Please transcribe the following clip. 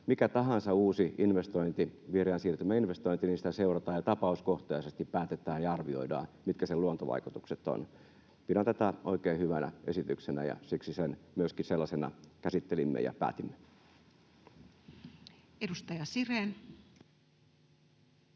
mikä tahansa uusi investointi, vihreän siirtymän investointi, niin sitä seurataan ja tapauskohtaisesti päätetään ja arvioidaan, mitkä sen luontovaikutukset ovat. Pidän tätä oikein hyvänä esityksenä, ja siksi sen myöskin sellaisena käsittelimme ja päätimme. [Speech